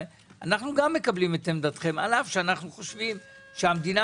גם אנחנו מקבלים את עמדתכם אף על פי שאנחנו חושבים שהממשלה